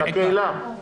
לקהילה.